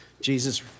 Jesus